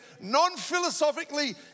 non-philosophically